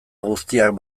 guztiak